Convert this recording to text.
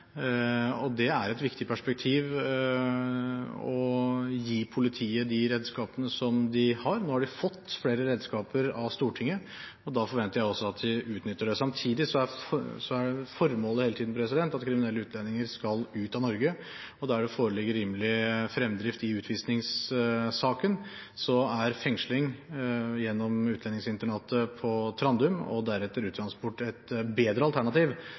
Det er et viktig perspektiv å gi politiet de redskapene som de har. Nå har de fått flere redskaper av Stortinget, og da forventer jeg også at de utnytter dem. Samtidig er formålet hele tiden at kriminelle utlendinger skal ut av Norge, og der det foreligger rimelig fremdrift i utvisningssaken, er fengsling gjennom utlendingsinternatet på Trandum og deretter uttransport et bedre alternativ